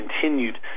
continued